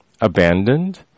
abandoned